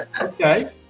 Okay